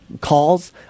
calls